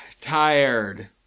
tired